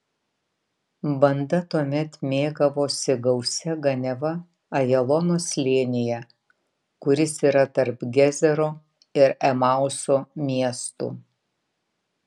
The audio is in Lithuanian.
banda tuomet mėgavosi gausia ganiava ajalono slėnyje kuris yra tarp gezero ir emauso miestų